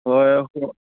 ꯍꯣꯏ ꯍꯣꯏ ꯍꯣꯏ